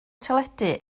teledu